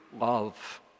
love